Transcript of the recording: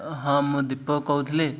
ହଁ ମୁଁ ଦୀପକ କହୁଥିଲି